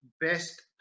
best